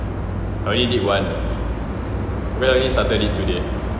only did one we only started it today